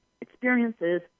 experiences